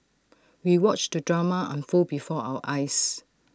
we watched the drama unfold before our eyes